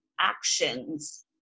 actions